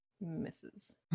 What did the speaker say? Misses